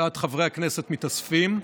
אט-אט חברי הכנסת מתאספים.